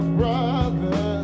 brother